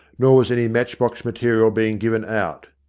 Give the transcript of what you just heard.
nor was any matchbox material being given out.